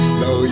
no